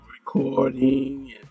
recording